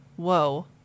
Whoa